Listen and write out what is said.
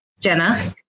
Jenna